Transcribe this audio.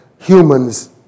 humans